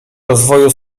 rozwoju